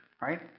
right